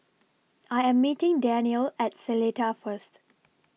I Am meeting Daniele At Seletar First